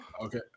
Okay